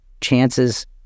chances